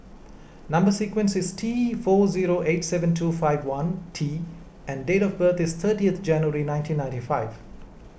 Number Sequence is T four zero eight seven two five one T and date of birth is thirtieth January nineteen ninety five